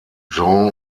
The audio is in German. jean